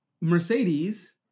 Mercedes